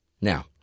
Now